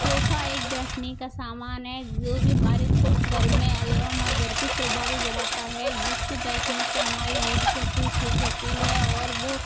sofa एक बैठने का सामान है जो भी हमारे घर में एवं घर की शोभा भी बढ़ाता है जिससे बैठने से हमारी रीड की हड्डी ठीक रहती है और वो